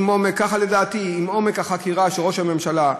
ככה לדעתי עם עומק החקירה של ראש הממשלה,